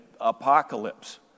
apocalypse